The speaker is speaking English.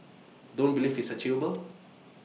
don't believe it's achievable